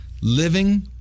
Living